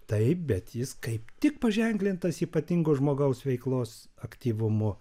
taip bet jis kaip tik paženklintas ypatingo žmogaus veiklos aktyvumu